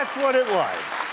what it was.